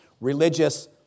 Religious